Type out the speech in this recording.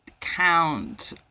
count